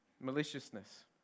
maliciousness